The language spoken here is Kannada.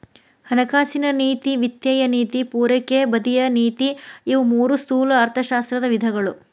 ಹಣಕಾಸಿನ ನೇತಿ ವಿತ್ತೇಯ ನೇತಿ ಪೂರೈಕೆ ಬದಿಯ ನೇತಿ ಇವು ಮೂರೂ ಸ್ಥೂಲ ಅರ್ಥಶಾಸ್ತ್ರದ ವಿಧಗಳು